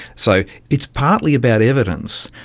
so it's partly about evidence,